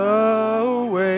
away